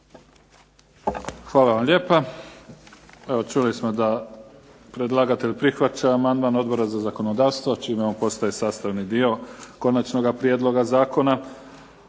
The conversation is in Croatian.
Hvala vam lijepa. Čuli smo da predlagatelj prihvaća amandman Odbora za zakonodavstvo čime on postaje sastavni dio konačnog prijedloga zakona.